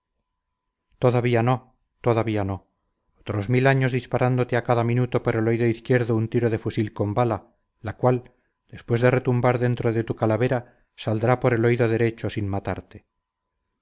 todavía no todavía no otros mil años disparándote a cada minuto por el oído izquierdo un tiro de fusil con bala la cual después de retumbar dentro de tu calavera saldrá por el oído derecho sin matarte